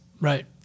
Right